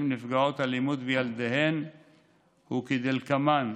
נפגעות אלימות וילדיהן הוא כדלקמן: